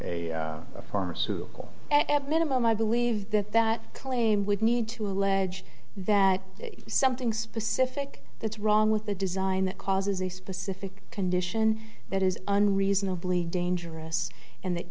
for a pharmaceutical at minimum i believe that that claim would need to allege that something specific that's wrong with the design that causes a specific condition that is unreasonably dangerous and